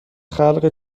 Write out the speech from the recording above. خلق